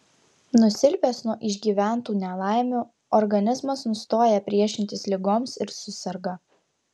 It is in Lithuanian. nusilpęs nuo išgyventų nelaimių organizmas nustoja priešintis ligoms ir suserga